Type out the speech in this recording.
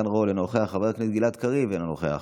חבר הכנסת גדעון סער, אינו נוכח,